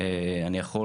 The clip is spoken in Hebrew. אני יכול